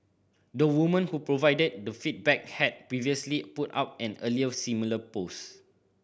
the woman who provided the feedback had previously put up an earlier similar post